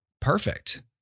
perfect